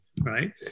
right